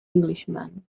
englishman